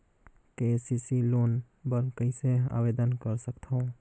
KCC loan बर कइसे आवेदन कर सकथव?